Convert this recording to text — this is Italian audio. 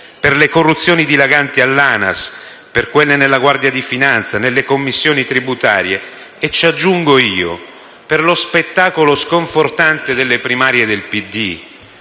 Per le corruzioni dilaganti all'ANAS, per quelle nella Guardia di finanza e nelle commissioni tributarie e - aggiungo io - per lo spettacolo sconfortante delle primarie del PD,